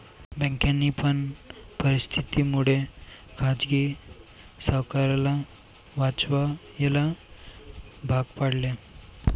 बँकांनी पण परिस्थिती मुळे खाजगी सावकाराला वाचवायला भाग पाडले